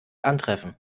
antreffen